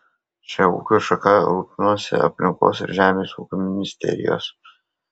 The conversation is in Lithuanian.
šia ūkio šaka rūpinasi aplinkos ir žemės ūkio ministerijos